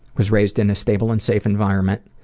was raised in a stable and safe environment,